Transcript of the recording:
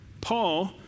Paul